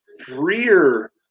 freer